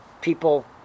people